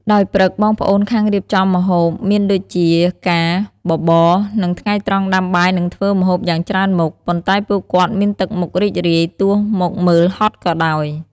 ដោយព្រឹកបងប្អូនខាងរៀបចំម្ហូបមានដូចជាការបបរ និងថ្ងៃត្រង់ដាំបាយនិងធ្វើម្ហូបយ៉ាងច្រើនមុខ ប៉ុន្តែពួកគាត់មានទឹកមុខរីករាយទោះមកមើលហាត់ក៏ដោយ។